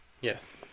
Yes